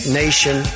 nation